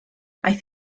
aeth